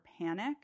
panic